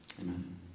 Amen